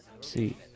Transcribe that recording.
see